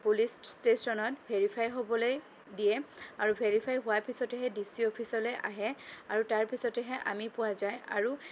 police ষ্টেচনত verify হ'বলৈ দিয়ে আৰু ভেৰিফাই হোৱাৰ পিছতহে সেই ডি চি অফিচলৈ আহে আৰু তাৰ পিছতহে আমি পোৱা যায় আৰু